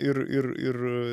ir ir ir